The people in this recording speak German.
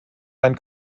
ein